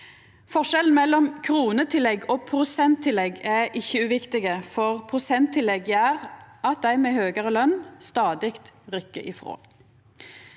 Forskjellen mellom kronetillegg og prosenttillegg er ikkje uviktig, for prosenttillegg gjer at dei med høgare løn stadig rykkjer ifrå,